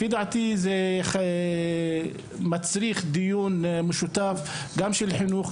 לפי דעתי זה מצריך דיון משותף גם של חינוך,